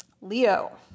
Leo